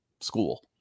school